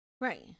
Right